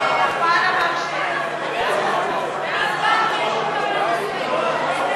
פטור בעת קניית דירה ראשונה לזוגות צעירים),